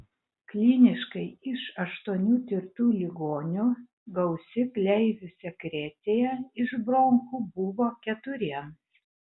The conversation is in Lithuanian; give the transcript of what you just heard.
kliniškai iš aštuonių tirtų ligonių gausi gleivių sekrecija iš bronchų buvo keturiems